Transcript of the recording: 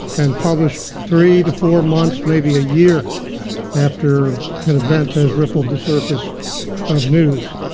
and publish three to four months, maybe a year after an event has rippled the surface of news.